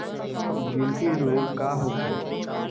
गिलटी रोग का होखे?